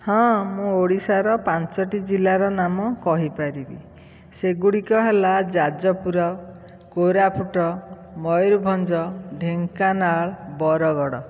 ହଁ ମୁଁ ଓଡ଼ିଶାର ପାଞ୍ଚୋଟି ଜିଲ୍ଲାର ନାମ କହିପାରିବି ସେଗୁଡ଼ିକ ହେଲା ଯାଜପୁର କୋରାପୁଟ ମୟୂରଭଞ୍ଜ ଢେଙ୍କାନାଳ ବରଗଡ଼